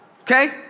okay